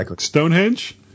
Stonehenge